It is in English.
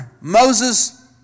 Moses